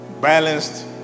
balanced